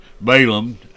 Balaam